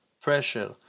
pressure